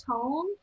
tone